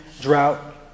drought